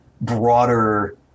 broader